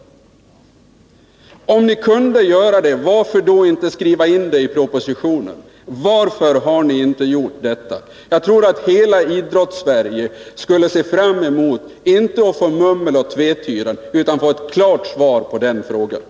Om ni kan göra det, varför då inte skriva in det i propositionen? Jagtror att hela Idrottssverige skulle se fram emot att få klart svar på den frågan i stället för mummel och tvetydigheter.